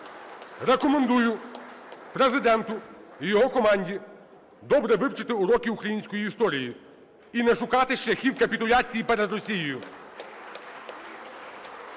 Рекомендую Президенту і його команді добре вивчити уроки української історії і не шукати шляхів капітуляції перед Росією.